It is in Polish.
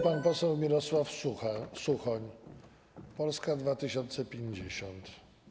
Pan poseł Mirosław Suchoń, Polska 2050.